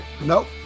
Nope